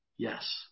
Yes